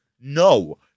No